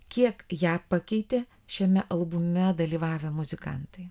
kiek ją pakeitė šiame albume dalyvavę muzikantai